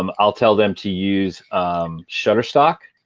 um i'll tell them to use shutterstock.